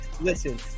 Listen